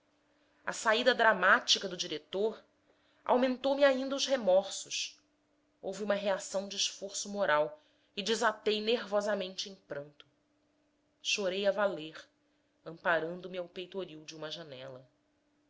a saída dramática do diretor aumentou me ainda remorsos houve uma reação de esforço moral e desatei nervosamente em pranto chorei a valer amparando me ao peitoril de uma janela